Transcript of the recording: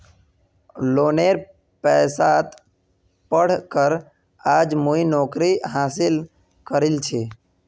लोनेर पैसात पढ़ कर आज मुई नौकरी हासिल करील छि